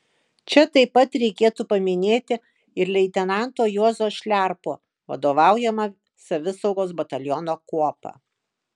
čia taip pat reikėtų paminėti ir leitenanto juozo šliarpo vadovaujamą savisaugos bataliono kuopą